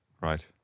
Right